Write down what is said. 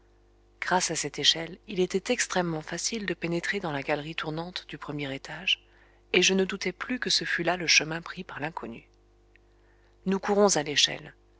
grâce à cette échelle il était extrêmement facile de pénétrer dans la galerie tournante du premier étage et je ne doutai plus que ce fût là le chemin pris par l'inconnu nous courons à l'échelle